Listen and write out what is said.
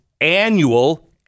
annual